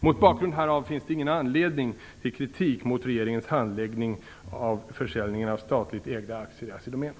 Mot bakgrund härav finns det ingen anledning till kritik mot regeringens handläggning av försäljningen av statligt ägda aktier i